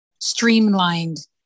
streamlined